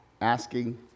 asking